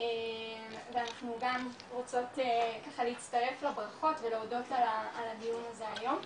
ואנחנו גם רוצות ככה להצטרף לברכות ולהודות על הדיון הזה היום.